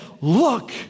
Look